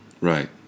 right